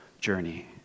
journey